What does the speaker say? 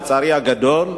לצערי הגדול,